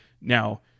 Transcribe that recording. Now